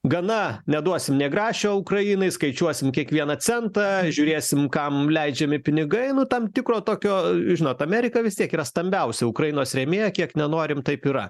gana neduosim nė grašio ukrainai skaičiuosim kiekvieną centą žiūrėsim kam leidžiami pinigai nu tam tikro tokio žinot amerika vis tiek yra stambiausia ukrainos rėmėja kiek nenorim taip yra